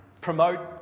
promote